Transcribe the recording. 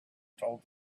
told